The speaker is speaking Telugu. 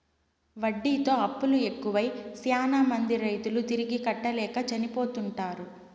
వడ్డీతో అప్పులు ఎక్కువై శ్యానా మంది రైతులు తిరిగి కట్టలేక చనిపోతుంటారు